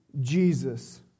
Jesus